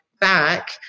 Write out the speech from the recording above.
back